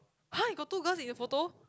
!huh! you got two girls in your photo